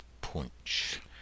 Punch